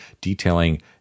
detailing